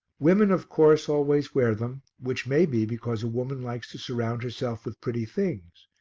women, of course, always wear them, which may be because a woman likes to surround herself with pretty things,